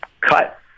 cut